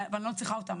ואני לא צריכה אותן,